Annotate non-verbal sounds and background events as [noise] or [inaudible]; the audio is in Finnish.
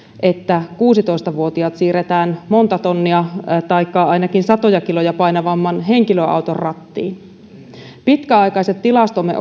että kuusitoista vuotiaat siirretään monta tonnia taikka ainakin satoja kiloja painavamman henkilöauton rattiin pitkäaikaiset tilastomme [unintelligible]